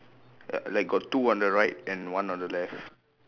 like like got two on the right and one on the left